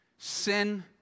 Sin